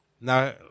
Now